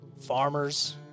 farmers